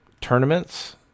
tournaments